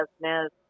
business